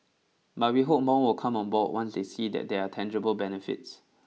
but we hope more will come on board once they see that there are tangible benefits